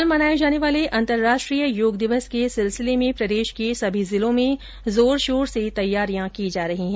कल मनाये जाने वाले अन्तर्राष्ट्रीय योग दिवस के सिलसिले में प्रदेश के सभी जिलों में जोर शोर से तैयारियां की जा रही है